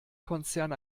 konzern